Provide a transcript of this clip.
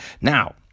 Now